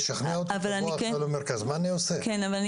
לשכנע אותו לבוא עכשיו למרכז,